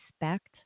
respect